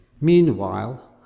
Meanwhile